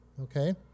okay